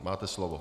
Máte slovo.